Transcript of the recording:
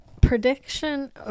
prediction